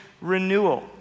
renewal